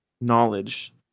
knowledge